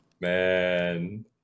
Man